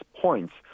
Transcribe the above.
points